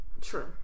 True